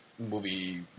Movie